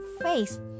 face